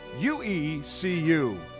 UECU